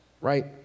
right